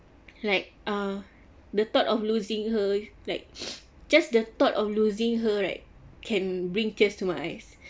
like uh the thought of losing her like just the thought of losing her right can bring tears to my eyes